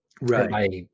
right